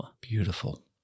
beautiful